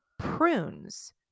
prunes